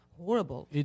horrible